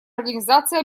организации